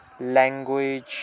language